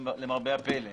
למרבה הפלא,